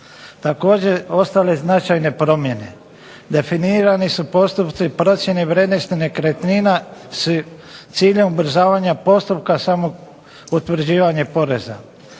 Također ostale značajne promjene: definirani su postupci procjene vrijednosti nekretnina s ciljem ubrzavanja postupka samog utvrđivanja poreza,